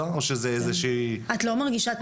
זה לא חדש,